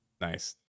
Nice